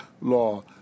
law